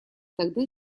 тогда